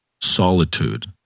solitude